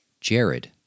Jared